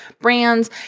brands